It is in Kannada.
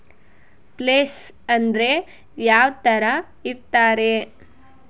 ಪ್ಲೇಸ್ ಅಂದ್ರೆ ಯಾವ್ತರ ಇರ್ತಾರೆ?